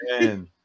man